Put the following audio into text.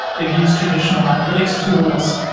they've used traditional analytics tools.